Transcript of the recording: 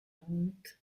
und